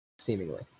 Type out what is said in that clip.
seemingly